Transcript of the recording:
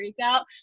freakout